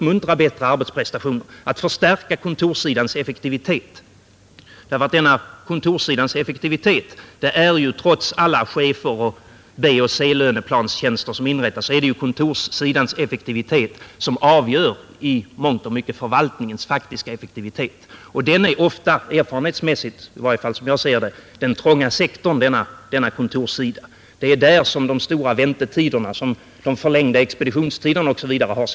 Man bör förstärka kontorssidans effektivitet. Trots alla B och C-lönetjänster som inrättas är det i mångt och mycket kontorssidans effektivitet som avgör förvaltningens faktiska effektivitet. Och den är ofta, det vet vi av erfarenhet, den trånga sektorn. Det är där som de långa väntetiderna, de förlängda expeditionstiderna osv. uppstår.